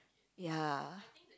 ya